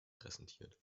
präsentiert